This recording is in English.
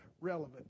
relevant